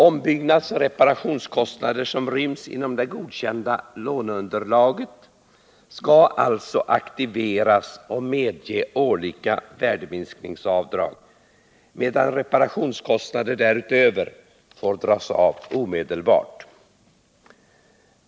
Ombyggnadsoch reparationskostnader som ryms inom det godkända låneunderlaget skall alltså aktiveras och medge årliga värdeminskningsavdrag, medan reparationskostnader därutöver får dras av omedelbart.